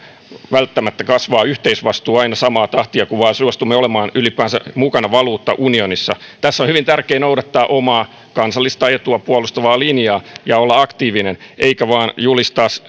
välttämättä kasvaa yhteisvastuu aina samaa tahtia kun vain suostumme olemaan ylipäänsä mukana valuuttaunionissa tässä on hyvin tärkeä noudattaa omaa kansallista etua puolustavaa linjaa ja olla aktiivinen eikä vain julistaa